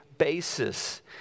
basis